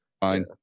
fine